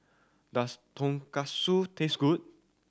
does Tonkatsu taste good